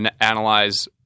analyze